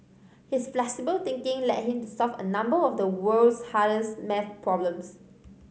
his flexible thinking led him to solve a number of the world's hardest math problems